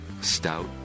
stout